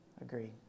Agreed